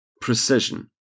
precision